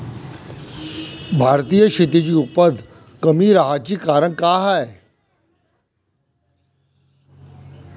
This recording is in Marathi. भारतीय शेतीची उपज कमी राहाची कारन का हाय?